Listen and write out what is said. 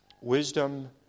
wisdom